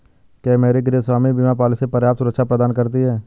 क्या मेरी गृहस्वामी बीमा पॉलिसी पर्याप्त सुरक्षा प्रदान करती है?